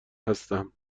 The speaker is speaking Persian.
هستم